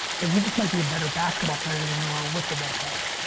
but you just might be a better basketball player than you are a wiffle ball player.